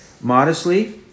modestly